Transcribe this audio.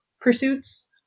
pursuits